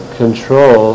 control